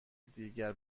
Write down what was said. دیگر